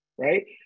Right